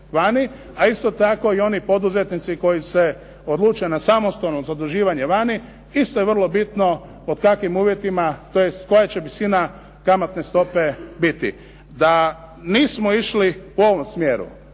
a isto tako i oni poduzetnici koji se odluče na samostalno zaduživanje vani, isto je vrlo bitno pod takvim uvjetima, tj. koja će visina kamatne stope biti. Mi smo išli u ovom smjeru,